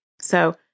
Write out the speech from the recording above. So-